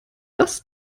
das